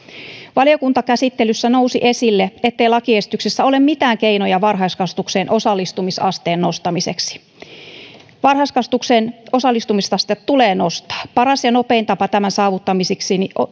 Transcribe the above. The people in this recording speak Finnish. valiokuntakäsittelyssä nousi esille ettei lakiesityksessä ole mitään keinoja varhaiskasvatuksen osallistumisasteen nostamiseksi varhaiskasvatuksen osallistumisastetta tulee nostaa paras ja nopein tapa tämän saavuttamiseksi